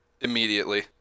Immediately